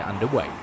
underway